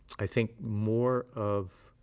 i think more of